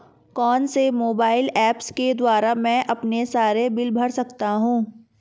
कौनसे mobile apps के द्वारा मैं अपने सारे बिल भर सकता हूं?